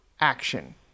action